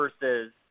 versus